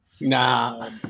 Nah